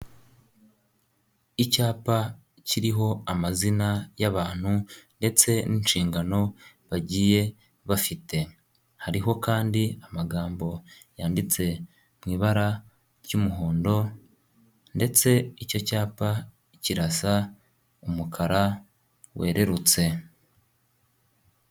Icyapa kiriho amazina y'abantu ndetse n'inshingano bagiye bafite, hariho kandi amagambo yanditse mu ibara ry'umuhondo ndetse icyo cyapa kirasa umukara wererutse.